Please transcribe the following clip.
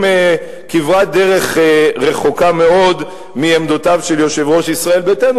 כברת דרך רחוקה מאוד מעמדותיו של יושב-ראש ישראל ביתנו.